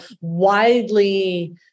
widely